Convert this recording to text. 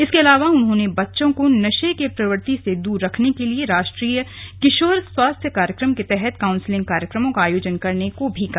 इसके अलावा उन्होंने बच्चों को नशे की प्रवृत्ति से दूर रखने के लिए राष्ट्रीय किशोर स्वास्थ्य कार्यक्रम के तहत काउंसलिंग कार्यक्रमों का आयोजन करने को भी कहा